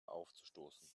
aufzustoßen